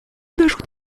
ajoute